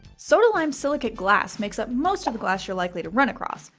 soda lime silicate glass makes up most of the glass you're likely to run across.